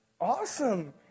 awesome